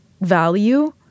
value